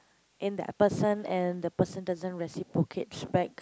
in that person and the person doesn't reciprocates back